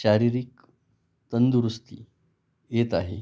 शारीरिक तंदुरुस्ती येत आहे